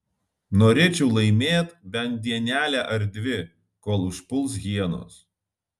norėčiau laimėt bent dienelę ar dvi kol užpuls hienos